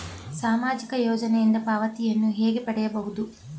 ಸಾಮಾಜಿಕ ಯೋಜನೆಯಿಂದ ಪಾವತಿಯನ್ನು ಹೇಗೆ ಪಡೆಯುವುದು?